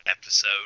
episode